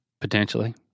potentially